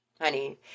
honey